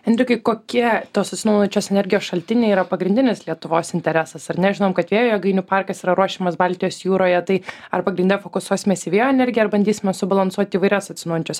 enrikai kokie tos atsinaujinančios energijos šaltiniai yra pagrindinis lietuvos interesas ar ne žinom kad vėjo jėgainių parkas yra ruošiamas baltijos jūroje tai ar pagrinde fokusuosimės į vėjo energiją ar bandysime subalansuot įvairias atsinaujinančias